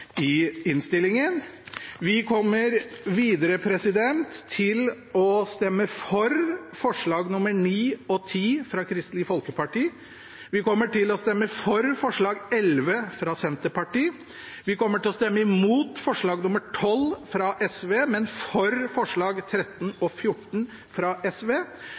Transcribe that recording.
i innstillingen. Vi kommer videre til å stemme for forslagene nr. 9 og 10, fra Kristelig Folkeparti. Vi kommer til å stemme for forslag nr. 11, fra Senterpartiet. Vi kommer til å stemme imot forslag nr. 12, fra SV, men for forslagene nr. 13 og 14, fra SV.